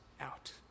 out